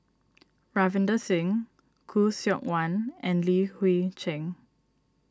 Ravinder Singh Khoo Seok Wan and Li Hui Cheng